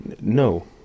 No